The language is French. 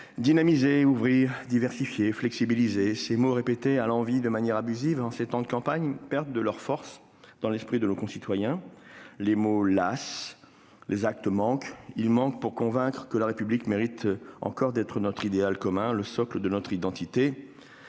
Dynamiser »,« ouvrir »,« diversifier »,« flexibiliser », ces mots répétés à l'envi, de manière abusive en ces temps de campagne électorale, perdent de leur force dans l'esprit de nos concitoyens. Les mots lassent. Les actes manquent. Ils manquent pour convaincre que la République mérite encore d'être notre idéal commun, le socle de notre identité.